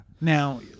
Now